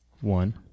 one